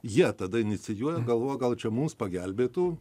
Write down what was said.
jie tada inicijuoja galvoja gal čia mums pagelbėtų